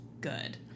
good